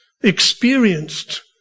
experienced